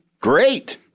great